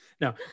No